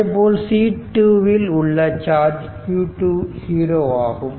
அதேபோல் C2 ல் உள்ள சார்ஜ் q2 0 ஆகும்